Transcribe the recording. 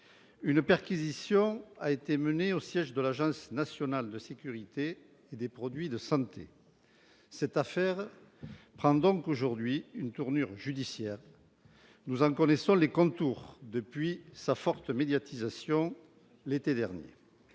Une perquisition a été menée au siège de l'Agence nationale de sécurité des médicaments et des produits de santé. Cette affaire prend donc aujourd'hui une tournure judiciaire. Nous en connaissons les contours depuis sa forte médiatisation l'été dernier.